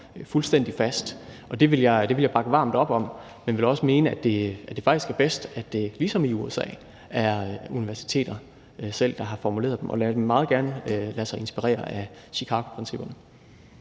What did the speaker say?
fuldstændig fast. Det vil jeg bakke varmt op om, men jeg vil også mene, at det faktisk er bedst, at det ligesom i USA er universiteterne selv, der har formuleret dem – og de må meget gerne lade sig inspirere af Chicagoprincipperne.